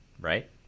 right